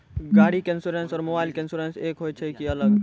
गाड़ी के इंश्योरेंस और मोबाइल के इंश्योरेंस एक होय छै कि अलग?